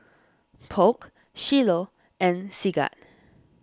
Polk Shiloh and Sigurd